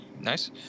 Nice